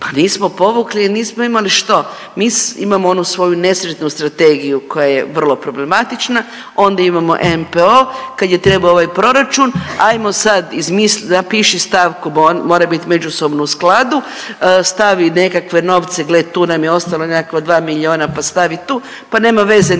Pa nismo povukli jer nismo imali što. Mi imamo onu svoju nesretnu strategiju koja je vrlo problematična, onda imamo NPOO, kad je trebao ovaj proračun, ajmo sad izmislit, napiši stavku, mora bit međusobno u skladu, stavi nekakve novce, gle tu nam je ostalo nekakva 2 milijuna pa stavi tu, pa nema veze,